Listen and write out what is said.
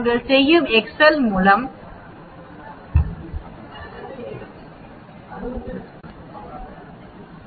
நாங்கள் செய்யும் எக்செல் மூலம் அதை நீங்கள் காண்கிறீர்கள்